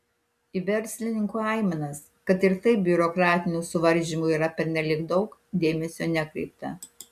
į verslininkų aimanas kad ir taip biurokratinių suvaržymų yra pernelyg daug dėmesio nekreipta